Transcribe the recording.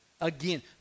again